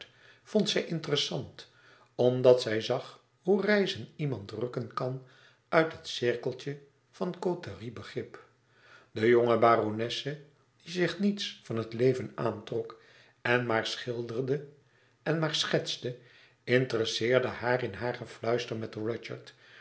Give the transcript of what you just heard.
vond zij interessant omdat zij zag hoe reizen iemand rukken kan uit het cirkeltje van côterie begrip de jonge baronesse die zich niets van het leven aantrok en maar schilderde en maar schetste interesseerde haar in haar gefluister met